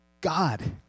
God